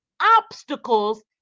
obstacles